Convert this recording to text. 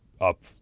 up